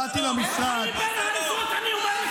הם חיים בין הריסות --- מה אתה צועק?